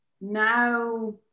now